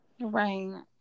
Right